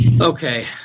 Okay